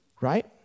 right